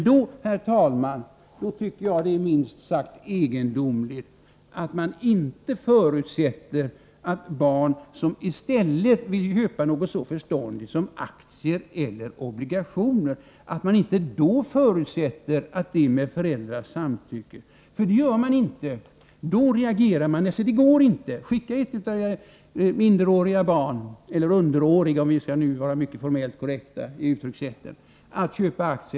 Då, herr talman, tycker jag att det är minst sagt egendomligt att man inte förutsätter att barn som i stället vill köpa något så förståndigt som aktier eller obligationer har föräldrarnas samtycke. Det gör man inte. Då reagerar man. Det går inte. Skicka ett av era underåriga barn till närmaste banks fondavdelning för att köpa aktier!